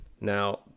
Now